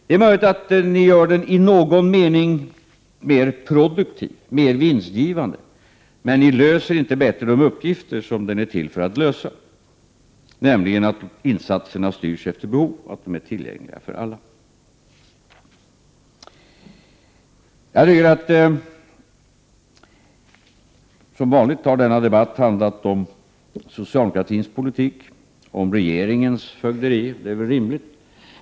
Det är möjligt att ni gör den i någon mån mer produktiv, mer vinstgivande, men ni löser inte de uppgifter som den är till för att lösa, nämligen att insatserna styrs efter behov och att de är tillgängliga för alla. Som vanligt har denna debatt handlat om socialdemokratins politik, om regeringens fögderi; det är väl rimligt.